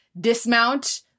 dismount